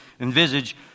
envisage